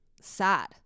sad